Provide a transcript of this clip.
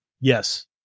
yes